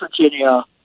Virginia